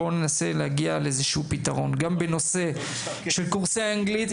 בואו ננסה להגיע לאיזשהו פתרון גם בנושא של קורסי האנגלית.